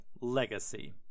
Legacy